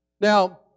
Now